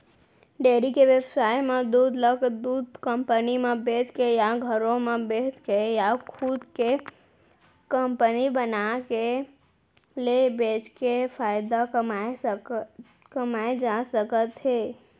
dairy के बेवसाय म दूद ल दूद कंपनी म बेचके या घरो घर बेचके या खुदे के कंपनी बनाके ले बेचके फायदा कमाए जा सकत हे